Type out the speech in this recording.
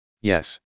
Yes